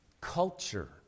Culture